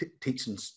teaching